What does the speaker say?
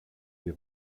des